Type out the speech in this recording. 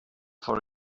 for